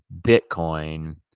Bitcoin